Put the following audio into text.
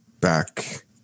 back